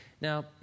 Now